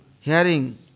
hearing